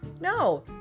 No